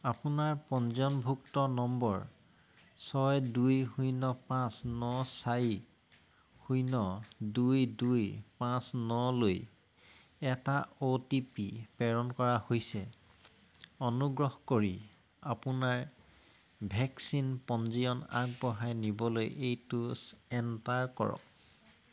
আপোনাৰ পঞ্জীয়নভুক্ত নম্বৰ ছয় দুই শূন্য পাঁচ ন চাৰি শূন্য দুই দুই পাঁচ নলৈ এটা অ' টি পি প্ৰেৰণ কৰা হৈছে অনুগ্ৰহ কৰি আপোনাৰ ভেকচিন পঞ্জীয়ন আগবঢ়াই নিবলৈ এইটো এণ্টাৰ কৰক